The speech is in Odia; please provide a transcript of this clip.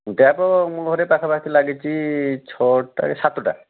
ଟ୍ୟାପ୍ ମୋ ଘରେ ପାଖାପାଖି ଲାଗିଛି ଛଅଟା ସାତଟା